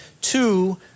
Two